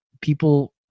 people